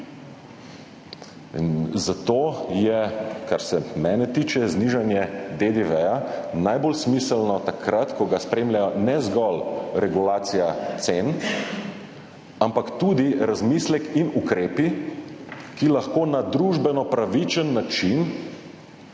zato je, kar se mene tiče, znižanje DDV najbolj smiselno takrat, ko ga spremljajo ne zgolj regulacija cen, ampak tudi razmislek in ukrepi, ki lahko na družbeno pravičen način